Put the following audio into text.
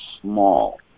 small